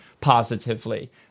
positively